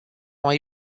mai